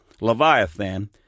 leviathan